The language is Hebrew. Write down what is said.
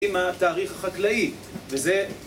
...עם התאריך החקלאי, וזה...